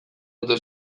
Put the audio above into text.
ote